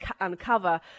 uncover